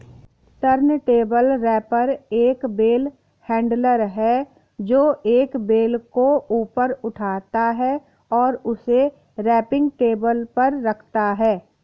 turntable wrapper एक bale handler है, जो एक बेल को ऊपर उठाता है और उसे रैपिंग टेबल पर रखता है